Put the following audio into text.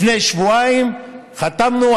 לפני שבועיים חתמנו.